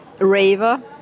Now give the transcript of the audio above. Raver